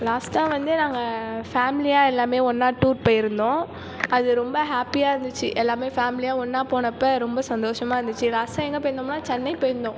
லாஸ்ட்டாக வந்து நாங்கள் ஃபேமிலியாக எல்லாமே ஒன்றா டூர் போயிருந்தோம் அது ரொம்ப ஹாப்பியாக இருந்துச்சு எல்லாமே ஃபேமிலியை ஒன்றா போனப்போ ரொம்ப சந்தோஷமாக இருந்துச்சு லாஸ்டாக எங்கே போயிருந்தோம்னால் சென்னை போயிருந்தோம்